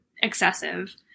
excessive